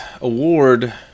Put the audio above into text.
award